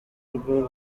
rwo